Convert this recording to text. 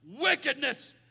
wickedness